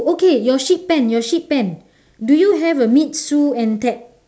okay your sheep pen your sheep pen do you have a meet sue and ted